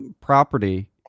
property